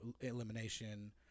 elimination